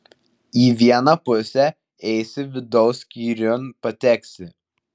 į vieną pusę eisi vidaus skyriun pateksi